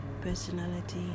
personality